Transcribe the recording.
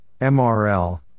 MRL